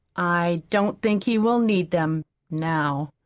i don't think he will need them now.